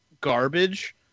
garbage